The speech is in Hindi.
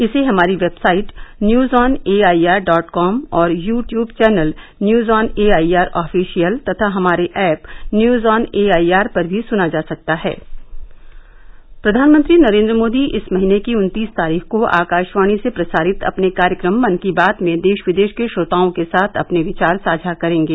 इसे हमारी website news on A I R dot com और YouTube channel news on A I R official तथा हमारे app news on A I R पर भी सुना जा सकता है प्रधानमंत्री नरेन्द्र मोदी इस महीने की उन्तीस तारीख को आकाशवाणी से प्रसारित अपने कार्यक्रम मन की बात में देश विदेश के श्रोताओं के साथ अपने विचार साझा करेंगे